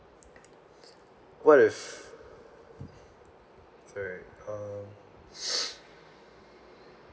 what if okay uh